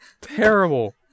terrible